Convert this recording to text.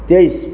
ତେଇଶ